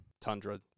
tundra